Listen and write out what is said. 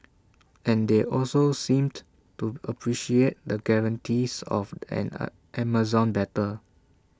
and they also seemed to appreciate the guarantees of an A Amazon better